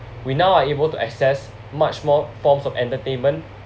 we now are able to access much more forms of entertainment